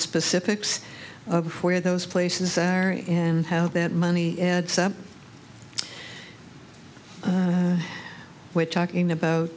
specifics of where those places are and how that money adds up we're talking about